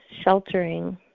sheltering